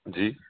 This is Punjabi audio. ਜੀ